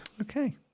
Okay